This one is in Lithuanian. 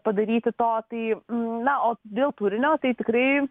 padaryti to tai na o dėl turinio tai tikrai